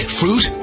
fruit